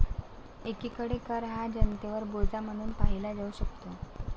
एकीकडे कर हा जनतेवर बोजा म्हणून पाहिला जाऊ शकतो